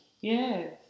Yes